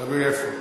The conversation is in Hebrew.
תלוי איפה.